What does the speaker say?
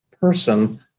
person